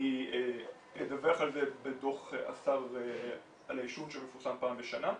היא לדווח על זה בדו"ח השר על העישון שמפורסם פעם בשנה,